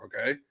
okay